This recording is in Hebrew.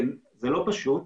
זה לא פשוט.